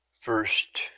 first